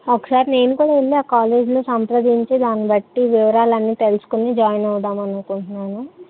ఒకసారి నేను కూడా వెళ్ళి ఆ కాలేజ్లో సంప్రదించి దాన్ని బట్టి వివరాలన్నీ తెలుసుకుని జాయిన్ అవుదాం అనుకుంటున్నాను